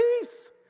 peace